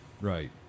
Right